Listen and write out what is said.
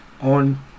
on